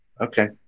Okay